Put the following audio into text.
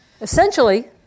Essentially